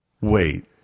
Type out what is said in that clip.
wait